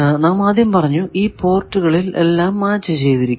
നാം ആദ്യം പറഞ്ഞു ഈ പോർട്ടുകൾ എല്ലാം മാച്ച് ചെയ്തിരിക്കുന്നു